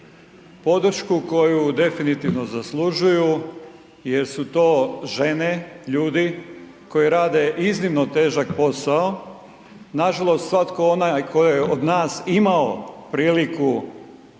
Podršku koju definitivno zaslužuju jer su to žene, ljudi koji rade iznimno težak posao. Nažalost svatko onaj tko je od nas imao priliku